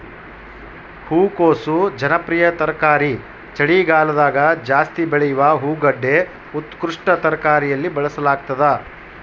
ಹೂಕೋಸು ಜನಪ್ರಿಯ ತರಕಾರಿ ಚಳಿಗಾಲದಗಜಾಸ್ತಿ ಬೆಳೆಯುವ ಹೂಗಡ್ಡೆ ಉತ್ಕೃಷ್ಟ ತರಕಾರಿಯಲ್ಲಿ ಬಳಸಲಾಗ್ತದ